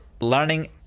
learning